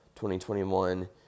2021